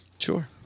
Sure